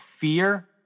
fear